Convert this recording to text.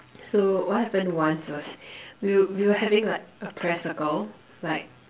so what happened once was we were we were having like a prayer circle like